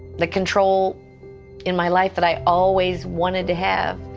the control in my life that i always wanted to have,